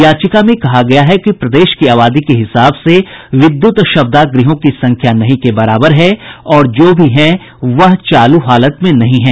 याचिका में कहा गया है कि प्रदेश की आबादी के हिसाब से विद्युत शवदाह गृहों की संख्या नहीं के बराबर है और जो हैं भी वह चालू हालत में नहीं हैं